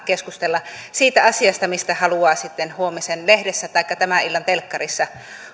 saa keskustella siitä asiasta mistä haluaa sitten huomisen lehdessä taikka tämän illan telkkarissa